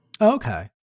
Okay